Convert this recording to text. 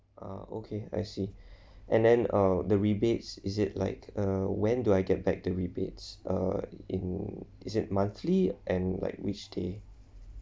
uh okay I see and then uh the rebates is it like uh when do I get back the rebates uh in is it monthly and like which day